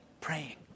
praying